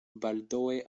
baldaŭe